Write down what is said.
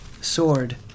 sword